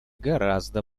гораздо